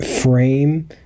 frame